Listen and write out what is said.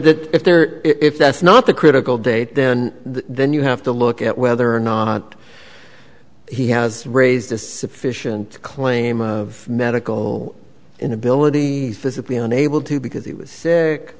that if there if that's not the critical date then then you have to look at whether or not he has raised a sufficient claim of medical inability physically unable to because he was